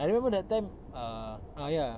I remember that time uh ah ya